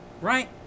right